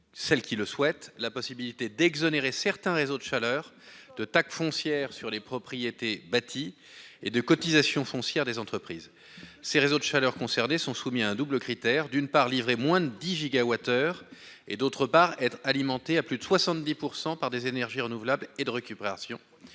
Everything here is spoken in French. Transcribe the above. celles qui le souhaitent la possibilité d'exonérer certains réseaux de chaleur de taxe foncière sur les propriétés bâties et de cotisation foncière des entreprises, ces réseaux de chaleur concernés sont soumis à un double critère d'une part livré moins 10 GWh et d'autre part être alimenté à plus de 70 % par des énergies renouvelables et de récupération,